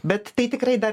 bet tai tikrai dar